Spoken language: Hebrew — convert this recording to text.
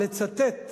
לצטט,